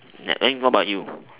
then what about you